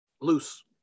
Loose